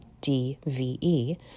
DVE